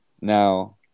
Now